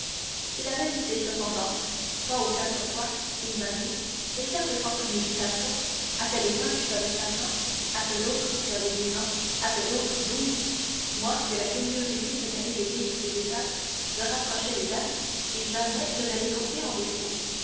c'est la vérité cependant trois ou quatre fois il m'a dit et certes sans préméditation à telle époque j'avais cinq ans à telle autre j'avais dix ans à telle autre douze moi que la curiosité tenait éveillé sur ces détails je rapprochais les dates et jamais je ne l'ai trouvé en défaut